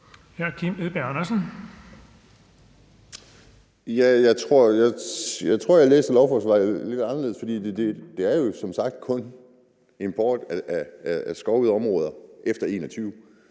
Jeg tror, jeg læser lovforslaget lidt anderledes, for det er jo som sagt kun import fra skovede områder efter 2021.